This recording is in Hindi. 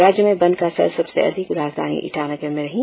राज्य में बंद का असर सबसे अधिक राजधानी ईटानगर में रही